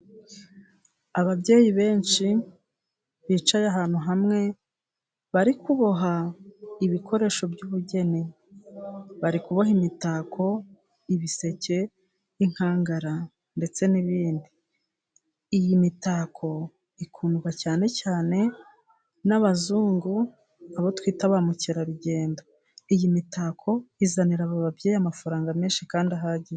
Ababyeyi benshi bicaye ahantu hamwe bari kuboha ibikoresho by'ubugeni. Barikuboha imitako, ibiseke, n'inkangara ndetse n'ibindi. Iyi mitako ikundwa cyane cyane n'abazungu, abo twita ba mukerarugendo. Iyi mitako izanira aba babyeyi amafaranga menshi kandi ahagije.